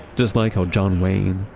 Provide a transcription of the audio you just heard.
just like how john wayne,